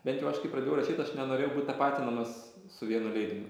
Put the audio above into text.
bent jau aš kai pradėjau rašyt aš nenorėjau būt tapatinamas su vienu leidiniu